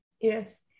Yes